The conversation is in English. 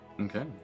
Okay